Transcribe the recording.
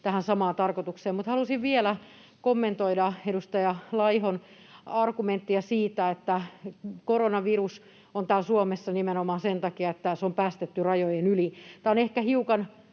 tähän samaan tarkoitukseen. Mutta halusin vielä kommentoida edustaja Laihon argumenttia siitä, että koronavirus on täällä Suomessa nimenomaan sen takia, että se on päästetty rajojen yli. Tämä on ehkä hiukan